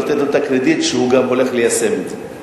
לתת לו את הקרדיט שהוא הולך ליישם את זה.